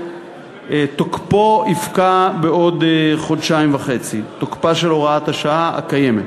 תוקפה של הוראת השעה הקיימת